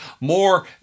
more